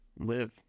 live